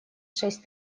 шесть